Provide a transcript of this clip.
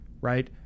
right